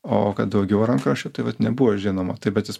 o kad daugiau rankraščių tai vat nebuvo žinoma tai bet jis